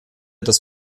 das